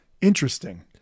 Interesting